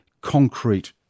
concrete